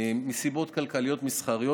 מסיבות כלכליות מסחריות,